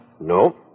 No